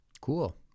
Cool